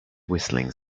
whistling